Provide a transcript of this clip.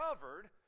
covered